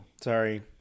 Sorry